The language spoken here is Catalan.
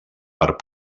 part